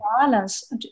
balance